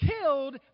killed